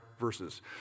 verses